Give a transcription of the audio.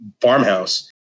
farmhouse